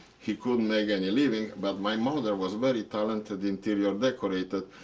he couldn't make any living, but my mother was a very talented interior decorator,